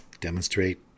demonstrate